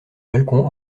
balcon